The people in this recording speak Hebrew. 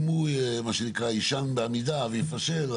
אם הוא, מה שנקרא, יישן בעמידה ויפשל,